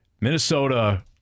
Minnesota